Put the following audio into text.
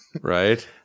Right